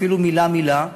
אפילו מילה-מילה,